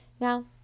Now